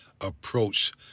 approach